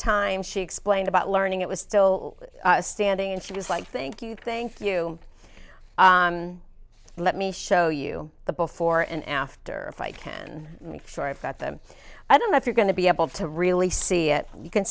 times she explained about learning it was still standing and she was like think you think if you let me show you the before and after fight then sure i've got them i don't know if you're going to be able to really see it you can